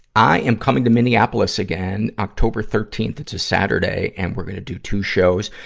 i am coming to minneapolis again october fifteenth, it's a saturday and we're gonna do two shows.